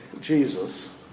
Jesus